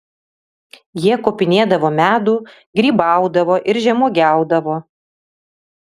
jie kopinėdavo medų grybaudavo ir žemuogiaudavo